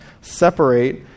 separate